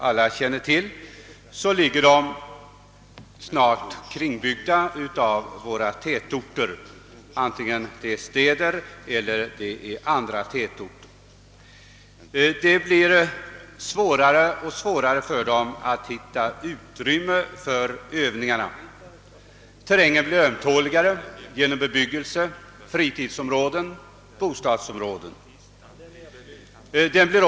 Alla känner till att många av våra förband snart ligger kringbyggda av städer eller andra tätorter. Det är allt svårare för förbanden att hitta utrymme för sina övningar. Terrängen blir ömtåligare genom bebyggelse, genom fritidsområden, strövområden m.m.